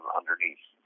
underneath